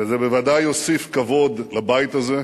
וזה בוודאי יוסיף כבוד לבית הזה,